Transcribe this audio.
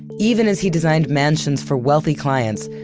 even as he designed mansions for wealthy clients,